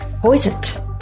poisoned